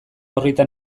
orritan